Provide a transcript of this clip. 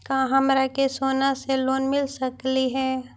का हमरा के सोना से लोन मिल सकली हे?